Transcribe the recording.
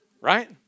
right